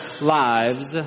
lives